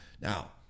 now